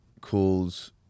calls